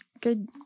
good